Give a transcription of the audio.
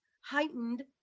heightened